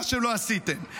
מה שלא עשיתם,